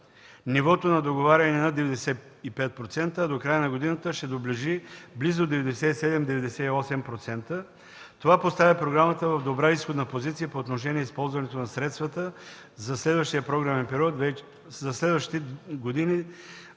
Нивото на договаряне е над 95%. До края на годината ще доближи близо 97-98%. Това поставя програмата в добра изходна позиция по отношение на използването на средствата за следващите години